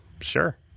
Sure